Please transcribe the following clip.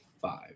five